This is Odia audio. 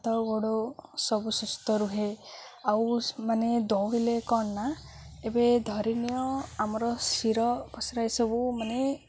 ହାତ ଗୋଡ଼ ସବୁ ସୁସ୍ଥ ରୁହେ ଆଉ ମାନେ ଦୌଡ଼ିଲେ କ'ଣ ନା ଏବେ ଧରିନିଅ ଆମର ଶୀର ପ୍ରଶୀର ଏସବୁ ମାନେ